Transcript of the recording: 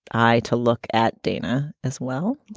i to look at dana as well